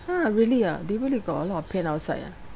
!huh! really ah they really got a lot of paint outside ah